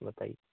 बताइए